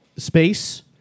space